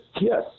Yes